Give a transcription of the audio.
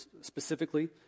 specifically